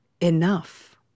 enough